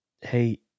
Hey